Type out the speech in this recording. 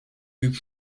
puis